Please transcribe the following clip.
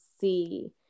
see